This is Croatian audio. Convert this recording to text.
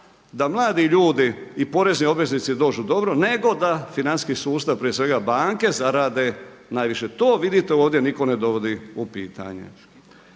da mladi ljudi i porezni obveznici dođu dobro, nego da financijski sustav prije svega banke zarade najviše. To vidite ovdje nitko ne dovodi u pitanje.